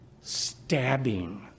stabbing